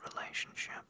relationship